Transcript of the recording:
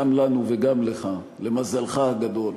גם לנו וגם לך, למזלך הגדול.